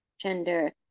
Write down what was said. gender